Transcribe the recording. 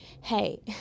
hey